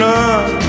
None